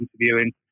interviewing